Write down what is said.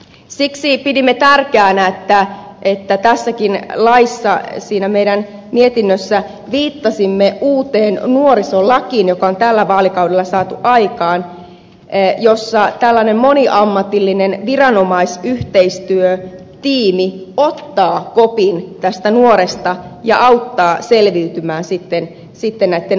siksi pidimme tärkeänä että tämänkin lakiesityksen yhteydessä siinä meidän mietinnössämme viittasimme uuteen nuorisolakiin joka on tällä vaalikaudella saatu aikaan jossa tällainen moniammatillinen viranomaisyhteistyötiimi ottaa kopin tästä nuoresta ja auttaa selviytymään sitten näitten ongelmien kanssa